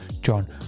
john